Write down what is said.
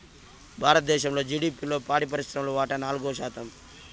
భారతదేశ జిడిపిలో పాడి పరిశ్రమ వాటా నాలుగు శాతం